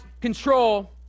control